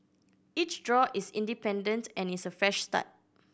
each draw is independent and is a fresh start